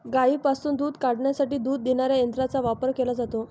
गायींपासून दूध काढण्यासाठी दूध देणाऱ्या यंत्रांचा वापर केला जातो